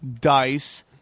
Dice